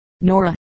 Nora